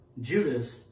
Judas